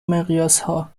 مقیاسها